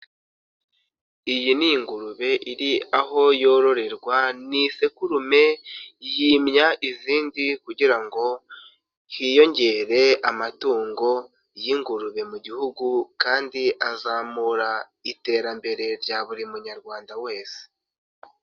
Iyi ni ingurube iri aho yororerwa ni isekurume yimya izindi kugira ngo hiyongere amatungo y'ingurube mu gihugu kandi azamura iterambere rya buri munyarwanda wese.